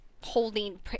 holding